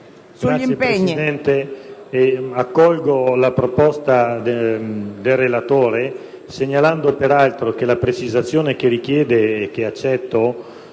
Sì, Presidente, accolgo la proposta del relatore, segnalando peraltro che la precisazione che richiede, e che accetto,